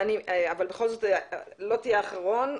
בכל זאת, לא תהיה אחרון.